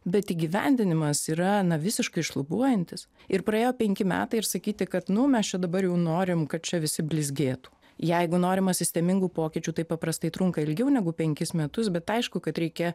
bet įgyvendinimas yra na visiškai šlubuojantis ir praėjo penki metai ir sakyti kad nu mes čia dabar jau norim kad čia visi blizgėtų jeigu norima sistemingų pokyčių tai paprastai trunka ilgiau negu penkis metus bet aišku kad reikia